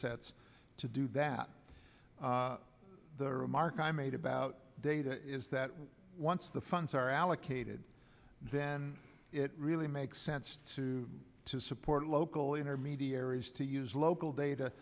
sets to do that the remark i made about data is that once the funds are allocated then it really makes sense to to support local intermediaries to use local data